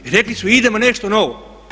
I rekli su idemo nešto novo.